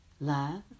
love